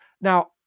now